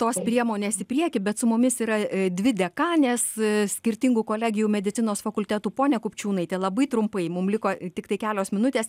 tos priemonės į priekį bet su mumis yra dvi dekanės skirtingų kolegijų medicinos fakultetų ponia kupčiūnaite labai trumpai mum liko tiktai kelios minutės